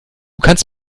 kannst